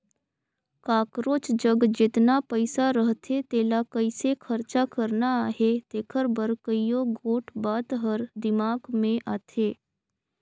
काकरोच जग जेतना पइसा रहथे तेला कइसे खरचा करना अहे तेकर बर कइयो गोट बात हर दिमाक में आथे